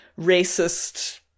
racist